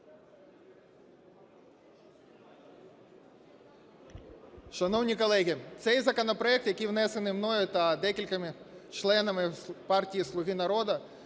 Шановні колеги, цей законопроект, який внесений мною та декількома членами партії "Слуга народу",